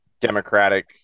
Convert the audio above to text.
democratic